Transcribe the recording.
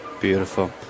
Beautiful